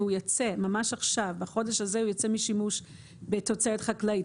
וממש עכשיו בחודש הזה הוא ייצא משימוש בתוצרת חקלאית.